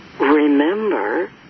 remember